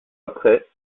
après